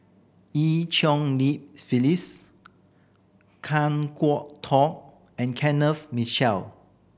Eu Cheng Li Phyllis Kan Kwok Toh and Kenneth Mitchell